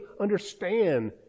understand